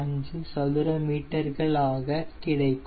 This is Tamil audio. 6875 சதுர மீட்டர்கள் ஆக கிடைக்கும்